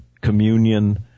communion